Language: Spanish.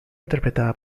interpretada